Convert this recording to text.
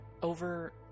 over